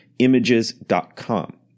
images.com